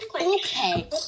Okay